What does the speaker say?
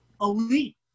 elite